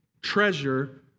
Treasure